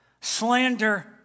Slander